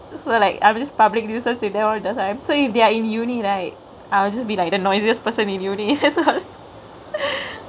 so like I'm just public nuisance with them all the time so if they are in uni right I will just be like the noisiest person in uni